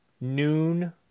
noon